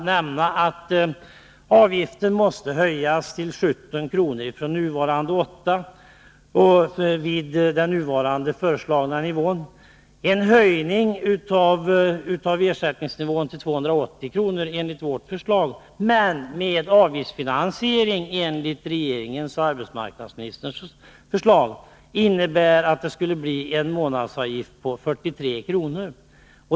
Enligt dessa uppgifter måste avgiften vid den nu föreslagna nivån höjas till 17 kr. från nuvarande 8. En höjning av ersättningsnivån till 280 kr. enligt vårt förslag men med avgiftsfinansiering enligt regeringens och arbetsmarknadsministerns förslag innebär en månadsavgift på 43 kr.